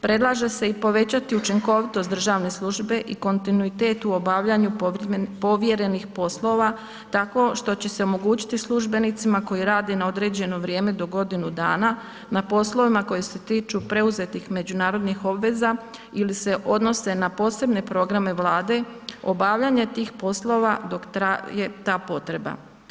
Predlaže se i povećati učinkovitost državne službe i kontinuitet u obavljanju povjerenih poslova tako što će se omogućiti službenicima koji rade na određeno vrijeme do godinu dana na poslovima koji se tiču preuzetih međunarodnih obveza ili se odnose na posebne programe Vlade, obavljanje tih poslova dok traje ta potreba.